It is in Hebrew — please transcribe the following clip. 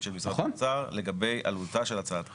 של משרד האוצר לגבי עלותה של הצעת החוק.